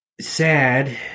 sad